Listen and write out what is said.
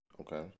Okay